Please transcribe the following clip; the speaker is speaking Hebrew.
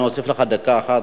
אני אוסיף לך דקה אחת.